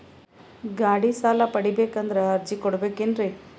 ಗಾಡಿ ಸಾಲ ಪಡಿಬೇಕಂದರ ಅರ್ಜಿ ಕೊಡಬೇಕೆನ್ರಿ?